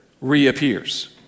reappears